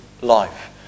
life